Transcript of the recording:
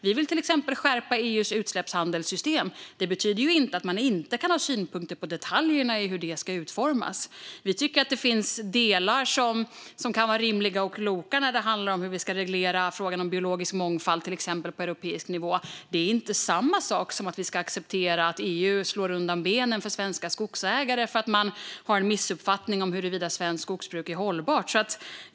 Vi vill till exempel skärpa EU:s utsläppshandelssystem. Det betyder inte att man inte kan ha synpunkter på detaljerna i hur det ska utformas. Vi tycker att det finns delar som kan vara rimliga och kloka när det handlar om hur vi ska reglera frågan om biologisk mångfald, till exempel, på europeisk nivå. Det är inte samma sak som att vi ska acceptera att EU slår undan benen för svenska skogsägare för att man har en missuppfattning om huruvida svenskt skogsbruk är hållbart.